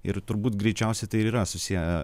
ir turbūt greičiausiai tai yra susiję